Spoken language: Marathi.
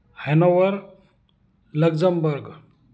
Hanover Luxembourg